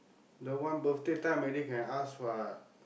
the one birthday time already can ask what